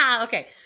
Okay